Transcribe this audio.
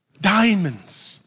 diamonds